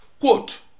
quote